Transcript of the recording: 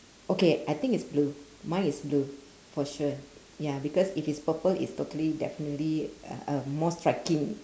okay I think it's blue mine is blue for sure ya because if it's purple its totally definitely uh more striking